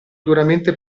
duramente